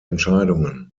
entscheidungen